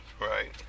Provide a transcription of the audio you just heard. Right